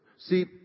See